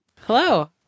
Hello